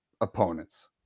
opponents